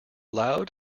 loud